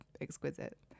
exquisite